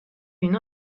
une